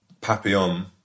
Papillon